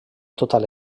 total